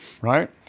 right